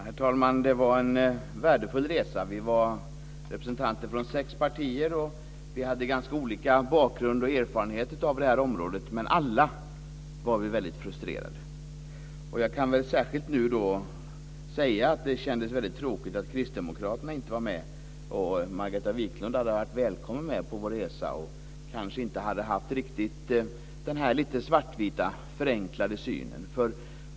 Herr talman! Det var en värdefull resa. Vi var representanter från sex partier. Vi hade ganska olika bakgrund i och erfarenhet av det här området, men alla var vi väldigt frustrerade. Jag kan väl särskilt säga att det kändes väldigt tråkigt att kristdemokraterna inte var med. Margareta Viklund hade varit välkommen på vår resa. Då hade hon kanske inte riktigt haft den här svartvita, förenklade synen.